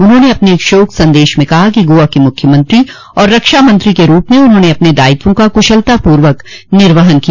उन्होंने अपने शोक सन्देश में कहा कि गोआ के मुख्यमंत्री और रक्षामंत्री के रूप में उन्होंने अपने दायित्वों का कुशलतापूर्वक निर्वहन किया